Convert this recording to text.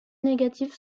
négatifs